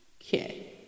Okay